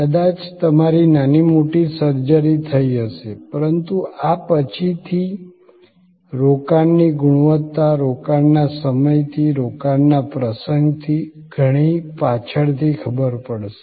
કદાચ તમારી નાની મોટી સર્જરી થઈ હશે પરંતુ આ પછીથી રોકાણની ગુણવત્તા રોકાણના સમયથી રોકાણના પ્રસંગથી ઘણી પાછળથી ખબર પડશે